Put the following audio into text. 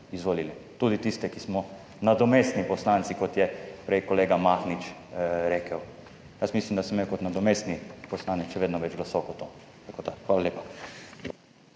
tudi tiste, ki smo nadomestni poslanci, kot je prej kolega Mahnič rekel. Mislim, da sem imel kot nadomestni poslanec še vedno več glasov kot on. Tako da hvala lepa.